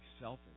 selfish